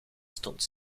stond